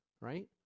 right